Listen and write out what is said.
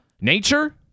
nature